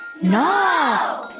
No